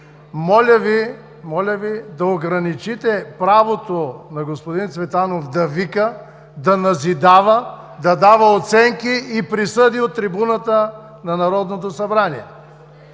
Моля Ви да ограничите правото на господин Цветанов да вика, да назидава, да дава оценки и присъди от трибуната на Народното събрание.